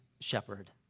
shepherd